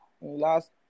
last